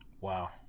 wow